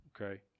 okay